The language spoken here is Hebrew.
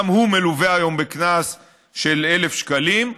גם הוא מלווה היום בקנס של 1,000 שקלים,